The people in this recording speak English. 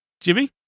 Jimmy